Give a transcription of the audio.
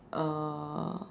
uh